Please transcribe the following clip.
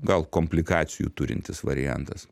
gal komplikacijų turintis variantas